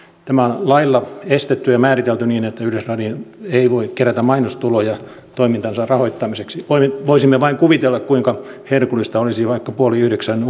tämä on lailla estetty ja määritelty niin että yleisradio ei voi kerätä mainostuloja toimintansa rahoittamiseksi voisimme voisimme vain kuvitella kuinka herkullista olisi vaikka puoli yhdeksän